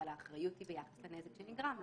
אבל האחריות היא ביחס לנזק שנגרם לו.